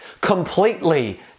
completely